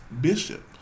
Bishop